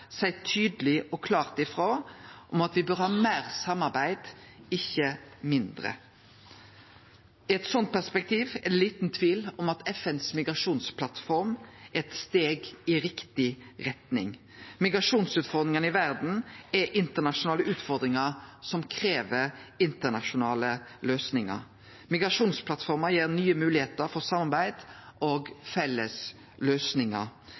seie tydeleg og klart ifrå om at me bør ha meir samarbeid, ikkje mindre. I eit sånt perspektiv er det liten tvil om at FNs migrasjonsplattform er eit steg i riktig retning. Migrasjonsutfordringane i verda er internasjonale utfordringar som krev internasjonale løysingar. Migrasjonsplattforma gir nye moglegheiter for samarbeid og felles løysingar.